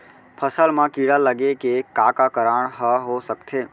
फसल म कीड़ा लगे के का का कारण ह हो सकथे?